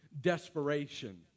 desperation